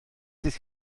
dydd